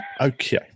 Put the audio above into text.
okay